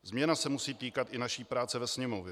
Změna se musí týkat i naší práce ve Sněmovně.